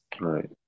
Right